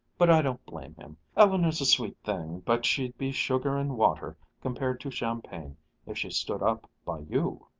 but i don't blame him. eleanor's a sweet thing, but she'd be sugar and water compared to champagne if she stood up by you.